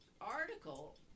article